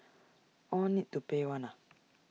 all need to pay one ah